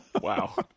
Wow